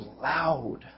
loud